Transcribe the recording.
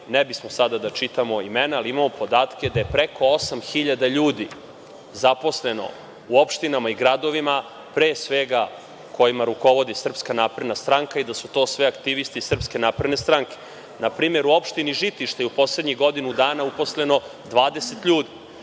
ne bismo sada da čitamo imena, ali imamo podatke da je preko 8.000 ljudi zaposleno u opštinama i gradovima, pre svega kojima rukovodi SNS i da su to sve aktivisti SNS. Na primer u opštini Žitište u poslednjih godinu dana uposleno je 20 ljudi.